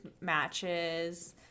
matches